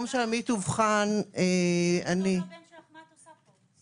אז אם טוב לבן שלך מה את עושה פה?